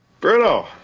bruno